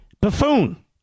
buffoon